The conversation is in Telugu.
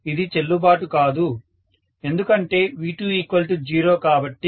ఇది చెల్లుబాటు కాదు ఎందుకంటే V20 కాబట్టి